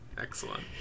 Excellent